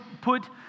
put